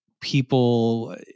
people